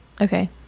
Okay